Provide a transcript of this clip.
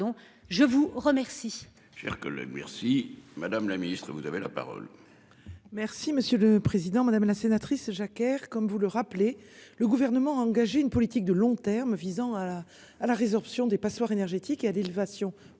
je vous remercie.